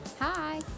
Hi